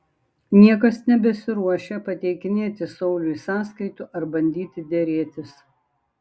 niekas nebesiruošia pateikinėti sauliui sąskaitų ar bandyti derėtis